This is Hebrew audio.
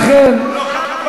לא חבל על הנייר?